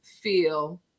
feel